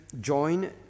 join